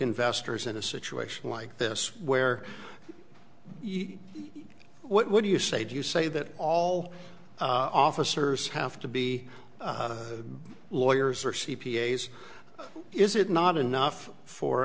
investors in a situation like this where what do you say do you say that all officers have to be lawyers or c p a s is it not enough for